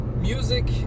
music